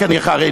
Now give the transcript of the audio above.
כי אני חרדי?